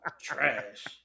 Trash